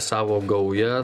savo gaują